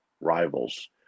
rivals